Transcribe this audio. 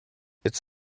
its